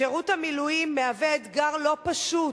שירות המילואים מהווה אתגר לא פשוט,